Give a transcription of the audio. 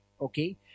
Okay